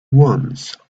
once